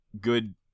good